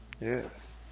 Yes